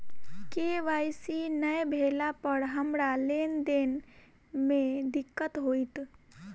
KYC नै भेला पर हमरा लेन देन मे दिक्कत होइत?